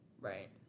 Right